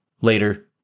Later